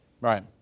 Right